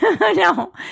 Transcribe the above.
no